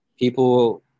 People